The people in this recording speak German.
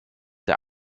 der